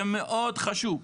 זה מאוד חשוב,